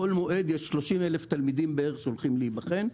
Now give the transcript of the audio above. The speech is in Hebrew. בכל מועד יש כ-30 אלף תלמידים שהולכים להיבחן.